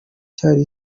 cyari